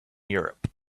europe